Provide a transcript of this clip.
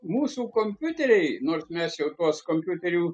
mūsų kompiuteriai nors mes jau tuos kompiuterių